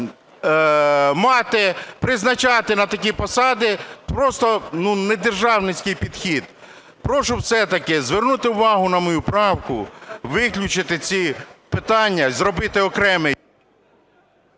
мати, призначати на такі посади, просто недержавницький підхід. Прошу все-таки звернути увагу на мою правку, виключити ці питання і зробити окремий…